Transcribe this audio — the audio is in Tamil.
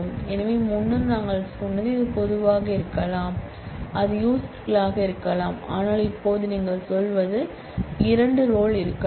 எனவே முன்னர் நாங்கள் சொன்னது இது பொதுவாக இருக்கலாம் அது யூசர்களாக இருக்கலாம் ஆனால் இப்போது நீங்கள் சொல்வது இது இரண்டு ரோல் இருக்கலாம்